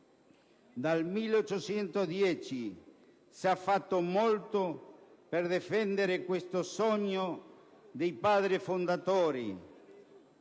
Dal 1810 si è fatto molto per difendere questo sogno dei padri fondatori